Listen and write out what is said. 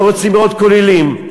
לא רוצים לראות כוללים,